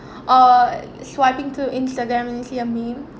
uh swiping to Instagram and see a meme